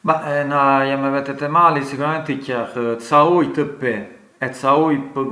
Ma na me vete te mali sicuramenti qell ca ujë të pi, e ca ujë pë’